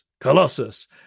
Colossus